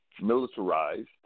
militarized